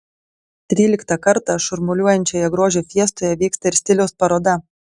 tryliktą kartą šurmuliuojančioje grožio fiestoje vyksta ir stiliaus paroda